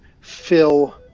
fill